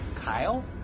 Kyle